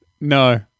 No